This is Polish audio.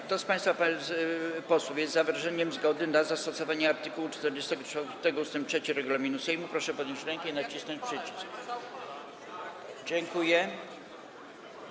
Kto z państwa posłów jest za wyrażeniem zgody na zastosowanie art. 44 ust. 3 regulaminu Sejmu, proszę podnieść rękę i nacisnąć przycisk.